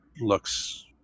looks